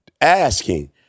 asking